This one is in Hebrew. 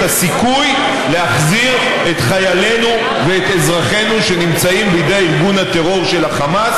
הסיכוי להחזיר את חיילינו ואת אזרחינו שנמצאים בידי ארגון הטרור של החמאס,